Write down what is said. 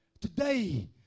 today